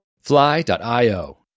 Fly.io